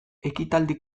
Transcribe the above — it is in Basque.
ekitaldi